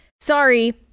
sorry